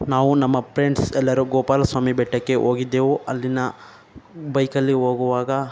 ನಾವು ನಮ್ಮ ಪ್ರೆಂಡ್ಸ್ ಎಲ್ಲರೂ ಗೋಪಾಲಸ್ವಾಮಿ ಬೆಟ್ಟಕ್ಕೆ ಹೋಗಿದ್ದೆವು ಅಲ್ಲಿನ ಬೈಕಲ್ಲಿ ಹೋಗುವಾಗ